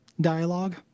dialogue